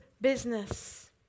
business